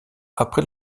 après